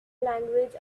language